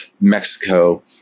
Mexico